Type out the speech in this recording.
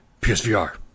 PSVR